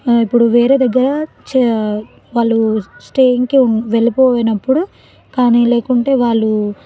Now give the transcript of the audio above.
ఇప్పుడు వేరే దగ్గర చే వాళ్ళు స్టేయింగ్కి ఉం వెళ్ళిపోయినప్పుడు కానీ లేకుంటే వాళ్ళు